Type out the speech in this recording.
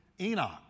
enoch